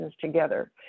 together